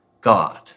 God